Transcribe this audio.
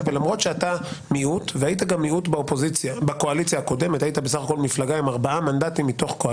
אפשר בבקשה לתת לגיא